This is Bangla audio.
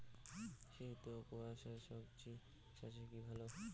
শীত ও কুয়াশা স্বজি চাষে কি ভালো?